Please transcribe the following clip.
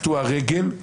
קטוע רגל,